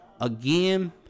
again